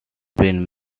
been